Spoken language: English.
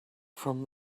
from